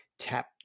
tap